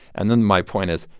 and then my point is,